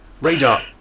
Radar